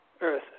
Earth